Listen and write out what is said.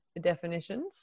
definitions